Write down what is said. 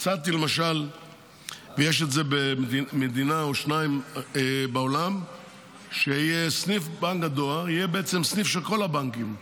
יש את זה במדינה או שתיים בעולם סניף בנק הדואר יהיה סניף של כל הבנקים.